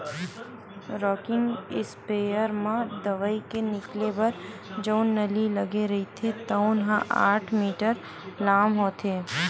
rocking sprayer म दवई के निकले बर जउन नली लगे रहिथे तउन ह आठ मीटर लाम होथे